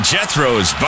Jethro's